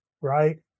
right